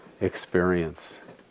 experience